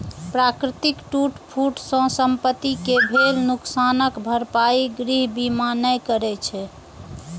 प्राकृतिक टूट फूट सं संपत्ति कें भेल नुकसानक भरपाई गृह बीमा नै करै छै